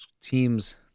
team's